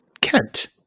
Kent